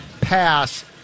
pass